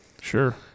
Sure